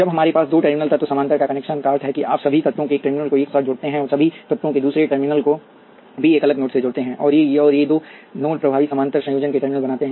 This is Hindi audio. जब हमारे पास दो टर्मिनल तत्व समानांतर कनेक्शन का अर्थ है कि आप सभी तत्वों के एक टर्मिनल को एक साथ जोड़ते हैं और सभी तत्वों के दूसरे टर्मिनल को भी एक अलग नोड से जोड़ते हैं और ये दो नोड प्रभावी समानांतर संयोजन के टर्मिनल बनाते हैं